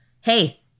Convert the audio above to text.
Hey